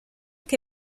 que